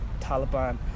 Taliban